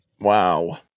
Wow